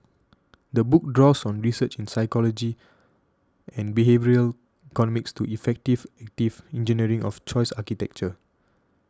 the book draws on research in psychology and behavioural economics to effective active engineering of choice architecture